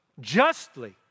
justly